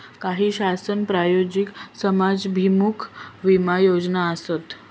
काही शासन प्रायोजित समाजाभिमुख विमा योजना आसत